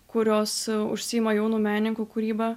kurios užsiima jaunų menininkų kūryba